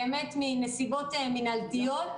באמת מנסיבות מינהלתיות.